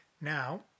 Now